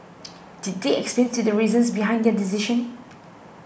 did they explain to the reasons behind their decision